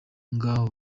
ngaho